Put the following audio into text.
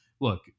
look